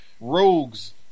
rogues